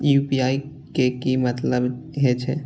UPI के की मतलब हे छे?